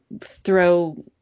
throw